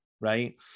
right